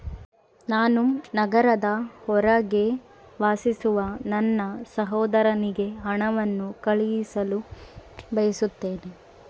ನಾನು ನಗರದ ಹೊರಗೆ ವಾಸಿಸುವ ನನ್ನ ಸಹೋದರನಿಗೆ ಹಣವನ್ನು ಕಳುಹಿಸಲು ಬಯಸುತ್ತೇನೆ